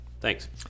Thanks